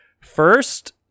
First